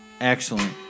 Excellent